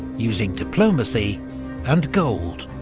using diplomacy and gold.